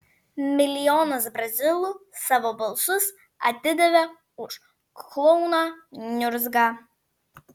milijonas brazilų savo balsus atidavė už klouną niurzgą